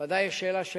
ודאי יש שאלה של